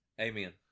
Amen